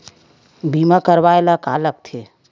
बीमा करवाय ला का का लगथे?